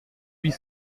huit